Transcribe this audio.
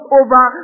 over